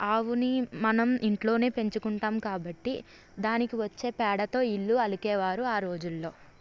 ఆవుని మనం ఇంట్లోనే పెంచుకుంటాం కాబట్టి దానికి వచ్చే పేడతో ఇల్లు అలికేవారు ఆ రోజుల్లో